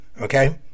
Okay